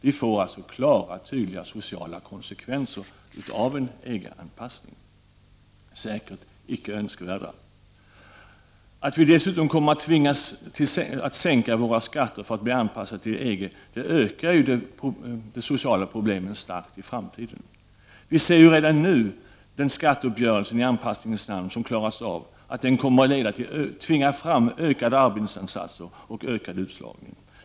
Vi får alltså klara och tydliga sociala konsekvenser av en EG-anpassning — säkert icke önskvärda. Att vi dessutom kommer att tvingas sänka våra skatter för att bli anpassade till EG ökar ju de sociala problemen starkt i framtiden. Vi ser ju redan nu att skatteuppgörelsen i anpassningens namn kommer att tvinga fram ökade arbetsinsatser och ökad utslagning.